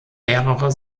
mehrere